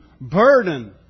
burden